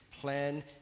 plan